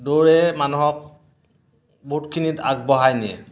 দৌৰে মানুহক বহুতখিনিত আগবঢ়াই নিয়ে